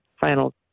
final